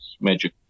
magic